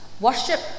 Worship